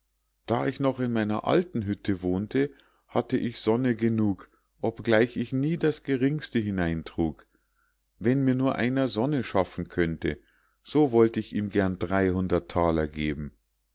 da ich noch in meiner alten hütte wohnte hatte ich sonne genug obgleich ich nie das geringste hineintrug wenn mir nur einer sonne schaffen könnte so wollt ich ihm gern dreihundert thaler geben